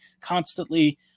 constantly